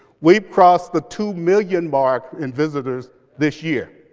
we crossed the two million mark in visitors this year,